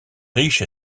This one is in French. riche